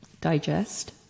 digest